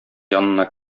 янына